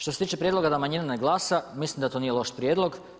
Što se tiče prijedloga da manjina ne glasa, mislim da to nije loš prijedlog.